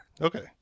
Okay